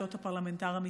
את אות הפרלמנטר המצטיין,